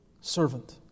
servant